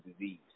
disease